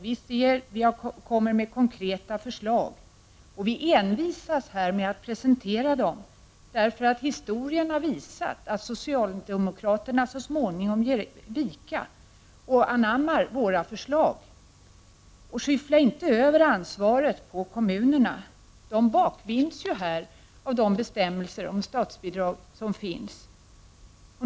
Vi kommer med konkreta förslag. Vi envisas här med att presentera dem, därför att historien har visat att socialdemokraterna så småningom ger vika och anammar våra förslag. Skyffla inte över ansvaret till kommunerna. De bakbinds av de bestämmelser om statsbidrag som finns.